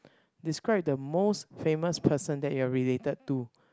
describe the most famous person that you are related to